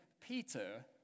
Peter